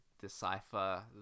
decipher